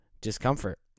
discomfort